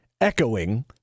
echoing